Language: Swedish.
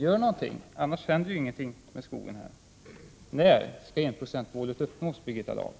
Gör någonting, för annars händer ingenting med dessa skogar! När skall enprocentsmålet uppnås, Birgitta Dahl?